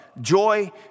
joy